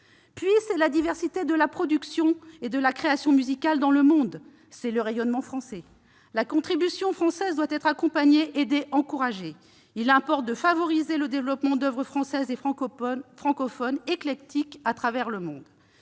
promouvoir la diversité de la production et de la création musicales dans le monde, par le rayonnement français. La contribution française doit être accompagnée, aidée, encouragée. Il importe de favoriser le développement d'oeuvres françaises et francophones éclectiques à travers le monde.